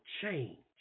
change